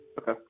Okay